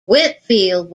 whitfield